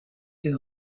des